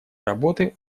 работы